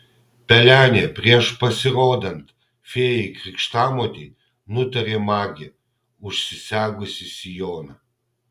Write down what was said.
pelenė prieš pasirodant fėjai krikštamotei nutarė magė užsisegusi sijoną